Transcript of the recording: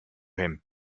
him